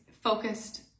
focused